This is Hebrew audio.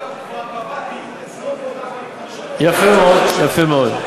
אגב, הוא כבר קבע, רשויות, יפה מאוד.